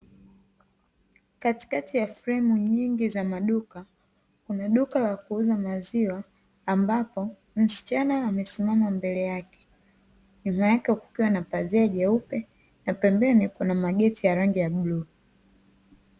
Katikati ya fremu nyingi za maduka, kuna duka la kuuza maziwa ambapo msichana amesimama mbele yake, nyuma yake kukiwa na pazia jeupe na pembeni kuna mageti ya rangi ya bluu.